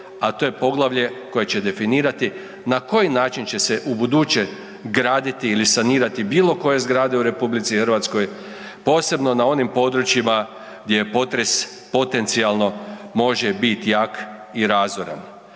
a to je poglavlje koje će definirati na koji način će se ubuduće graditi ili sanirati bilo koje zgrade u RH posebno na onim područjima gdje je potres potencijalno može biti jak i razoran.